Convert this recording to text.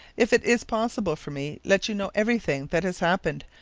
if it is possible for me, let you know everything that has happened,